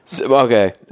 Okay